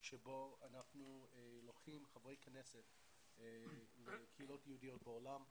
בו אנחנו לוקחים חברי כנסת לקהילות יהודיות בעולם.